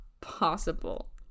possible